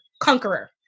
conqueror